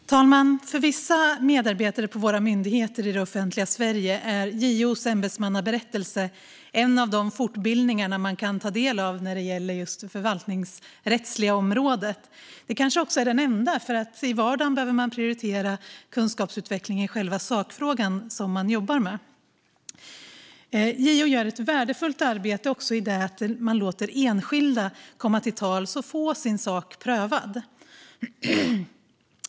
Herr talman! För vissa medarbetare på våra myndigheter i det offentliga Sverige är JO:s ämbetsmannaberättelse en av de fortbildningar man kan ta del av på det förvaltningsrättsliga området. Det kanske också är den enda, för i vardagen behöver man prioritera kunskapsutveckling i själva sakfrågan som man jobbar med. JO gör ett värdefullt arbete även i det att man låter enskilda komma till tals och få sin sak prövad.